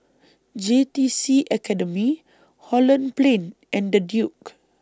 J T C Academy Holland Plain and The Duke